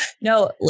No